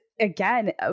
again